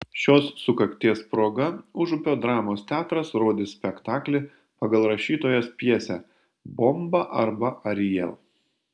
šios sukakties proga užupio dramos teatras rodys spektaklį pagal rašytojos pjesę bomba arba ariel